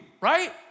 right